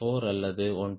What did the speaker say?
4 அல்லது 1